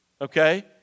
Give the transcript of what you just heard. okay